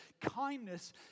Kindness